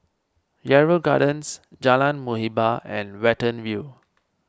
Yarrow Gardens Jalan Muhibbah and Watten View